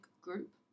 Group